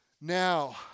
Now